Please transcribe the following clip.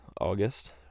August